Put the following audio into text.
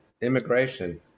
immigration